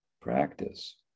practice